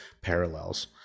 parallels